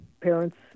parents